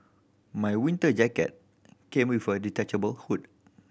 my winter jacket came with a detachable hood